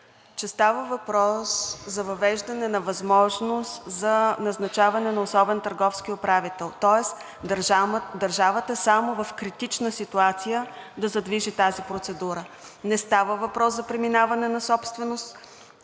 че става въпрос за въвеждане на възможност за назначаване на особен търговски управител, тоест държавата само в критична ситуация да задвижи тази процедура. Не става въпрос за преминаване на собственост